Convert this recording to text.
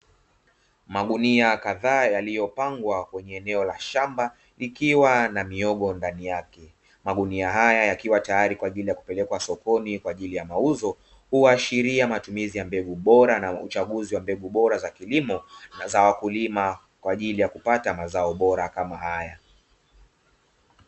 Magunia kadhaa yaliyopangwa kwenye eneo la shamba ikiwa na mihogo ndani yake, magunia haya yakiwa yatari kwaajili ya kupelekwa sokoni kwa ajili ya mauzo, huashiria matumizi ya mbegu bora ya uchaguzi wa mbegu bora za kilimo na za wakulima kwa ajili ya kupata mazao bora kama haya.